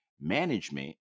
management